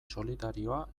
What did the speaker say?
solidarioa